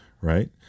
right